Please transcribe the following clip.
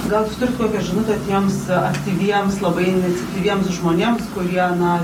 gal turit kokią žinutę tiems aktyviems labai iniciatyviems žmonėms kurie na